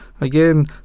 again